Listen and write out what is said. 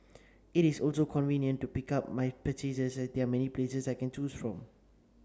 it is also convenient to pick up my purchases as there are many places I can choose from